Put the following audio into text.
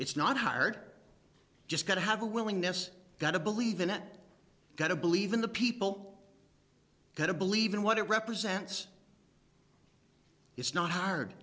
it's not hard just got to have a willingness got to believe in it gotta believe in the people gotta believe in what it represents it's not hard